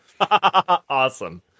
Awesome